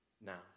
now